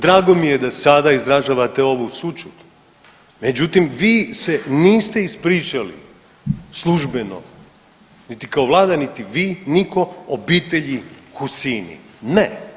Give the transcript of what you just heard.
Drago mi je da sada izražavate ovu sućut, međutim vi se niste ispričali službeno niti kao Vlada niti vi, niko obitelji Hussiny, ne.